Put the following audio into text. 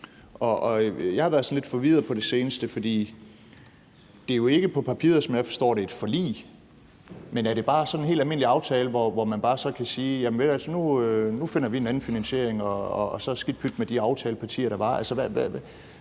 jeg har været sådan lidt forvirret på det seneste, for det er jo ikke på papiret, som jeg forstår det, et forlig. Men er det bare en helt almindelig aftale, hvor man så bare kan sige: Nu finder vi en anden finansiering, og så skidt pyt med de aftalepartier, der var?